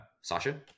Sasha